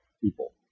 people